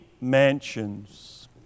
mansions